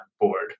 board